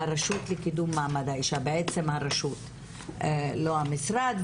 והרשות לקידום מעמד האישה, בעצם הרשות, לא המשרד.